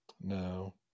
no